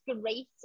great